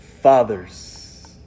Fathers